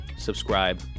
subscribe